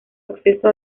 acceso